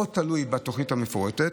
מאוד תלוי בתוכנית המפורטת.